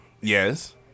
Yes